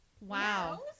Wow